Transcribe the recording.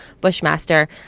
Bushmaster